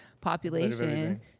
population